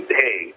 hey